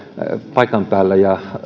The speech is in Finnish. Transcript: paikan päällä ja